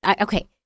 Okay